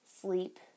sleep